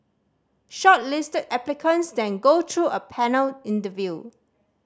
shortlisted applicants then go through a panel interview